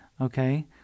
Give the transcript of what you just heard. Okay